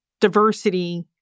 diversity